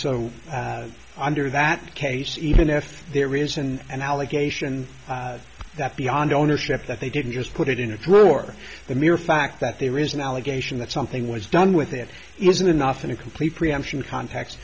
so under that case even if there isn't an allegation that beyond ownership that they didn't just put it in a drawer the mere fact that there is an allegation that something was done with it isn't enough in a complete preemption cont